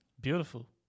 Beautiful